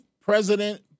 President